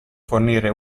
fornire